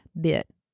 bit